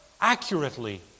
accurately